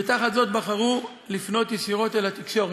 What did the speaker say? ותחת זאת בחרו לפנות ישירות אל התקשורת.